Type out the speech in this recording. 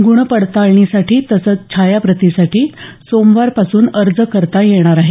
ग्रणपडताळणीसाठी तसंच छायाप्रतीसाठी सोमवारपासून अर्ज करता येणार आहेत